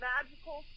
Magical